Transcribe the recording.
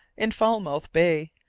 in falmouth bay,